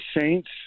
saints